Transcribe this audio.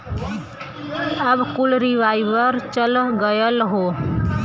अब कुल रीवाइव चल गयल हौ